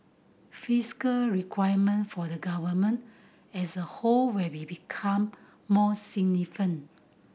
fiscal requirement for the Government as a whole will be become more significant